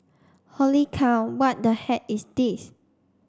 holy cow what the heck is this